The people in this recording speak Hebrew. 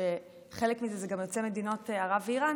שחלק מהם הם גם יוצאי מדינות ערב ואיראן,